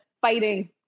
fighting